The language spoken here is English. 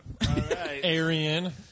Arian